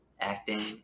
acting